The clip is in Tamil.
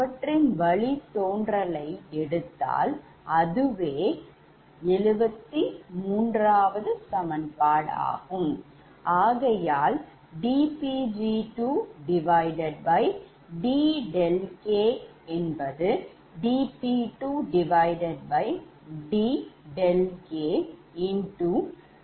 அவற்றின் வழித்தோன்றலை எடுத்தால் அதுவே 73 சமன்பாடாகும்